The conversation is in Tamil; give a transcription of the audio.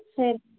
சரி